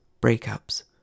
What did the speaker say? breakups